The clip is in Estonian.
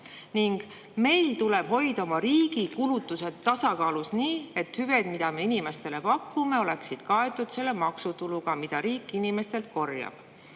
"meil tuleb hoida oma riigi kulutused tasakaalus nii, et hüved, mida me inimestele pakume, oleksid kaetud selle maksutuluga, mida riik inimestelt korjab."